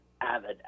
avid